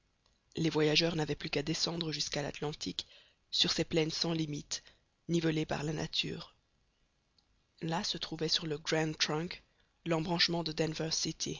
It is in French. les voyageurs n'avaient plus qu'à descendre jusqu'à l'atlantique sur ces plaines sans limites nivelées par la nature là se trouvait sur le grand trunk l'embranchement de